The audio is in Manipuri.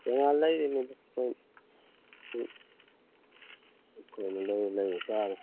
ꯇꯣꯉꯥꯟꯅ ꯂꯩꯔꯤꯅꯤꯗ ꯑꯩꯈꯣꯏꯅ ꯑꯩꯈꯣꯏꯅ ꯂꯩꯔ ꯂꯩꯏ ꯆꯥꯔꯤꯅꯤ